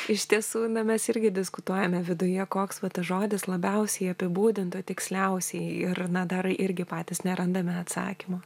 iš tiesų mes irgi diskutuojame viduje koks vat žodis labiausiai apibūdintų tiksliausiai ir na dar irgi patys nerandame atsakymo